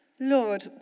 Lord